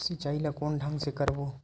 सिंचाई ल कोन ढंग से करबो?